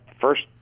first